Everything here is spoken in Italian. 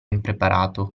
impreparato